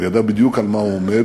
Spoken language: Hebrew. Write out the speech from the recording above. הוא ידע בדיוק על מה הוא עומד,